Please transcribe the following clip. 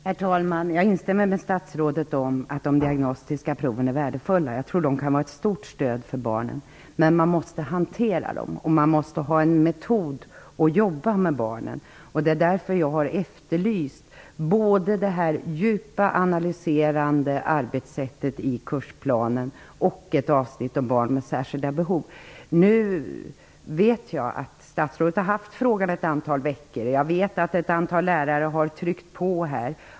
Herr talman! Jag instämmer i det statsrådet säger om att de diagnostiska proven är värdefulla. Jag tror att de kan vara ett stort stöd för barnen. Men man måste hantera dem, och man måste ha en metod för att jobba med barnen. Det är därför jag i kursplanen har efterlyst både det djupa, analyserande arbetssättet och ett avsnitt om barn med särskilda behov. Jag vet att statsrådet har haft frågan aktuell i ett antal veckor, och jag vet att ett antal lärare har tryckt på.